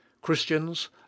christians